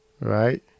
right